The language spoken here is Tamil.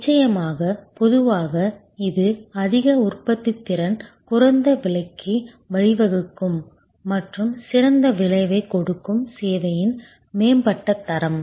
நிச்சயமாக பொதுவாக இது அதிக உற்பத்தித்திறன் குறைந்த விலைக்கு வழிவகுக்கும் மற்றும் சிறந்த விளைவைக் கொடுக்கும் சேவையின் மேம்பட்ட தரம்